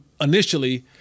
initially